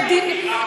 היא מדינת,